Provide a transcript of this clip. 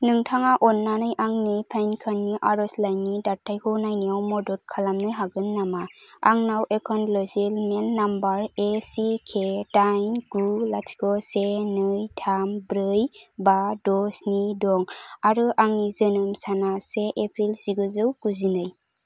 नोंथाङा अन्नानै आंनि पैन कार्ड नि आरजलाइनि थाथायखौ नायनायाव मदद खालामनो हागोन नामा आंनाव एकनलेजमेन्ट नम्बर एसिके दाइन गु लाथिख' से नै थाम ब्रै बा द' स्नि दं आरो आंनि जोनोम सानआ से एप्रिल जिगुजौ गुजिनै